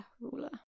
ruler